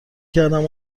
کردم